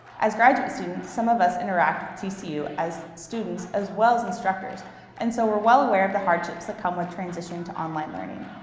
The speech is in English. as graduate students, some of us interact with tcu as students as well as instructors and so we're well aware of the hardships that come with transitioning to online learning.